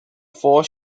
four